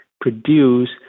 produce